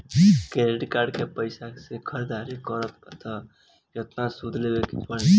Credit card के पैसा से ख़रीदारी करम त केतना सूद देवे के पड़ी?